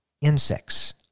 insects